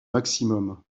maximum